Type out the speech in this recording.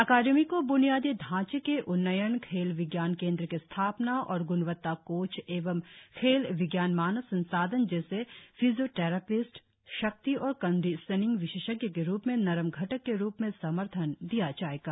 अकादमी को ब्नियाद ढांचे के उन्नयन खेल विज्ञान केंद्र की स्थापना और ग्णवत्ता कोच एवं खेल वि ज्ञान मानव संसाधन जैसे फिजियोथैरेपिस्ट शक्ति और कंडीशनिंग विशेषज्ञ के रुप में नरम घटक के रुप में समर्थन दिया जाएगा